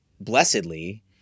blessedly